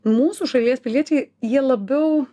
mūsų šalies piliečiai jie labiau